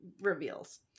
reveals